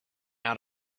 out